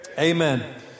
Amen